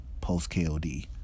post-KOD